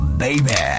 baby